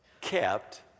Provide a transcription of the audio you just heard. kept